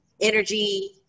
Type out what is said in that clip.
energy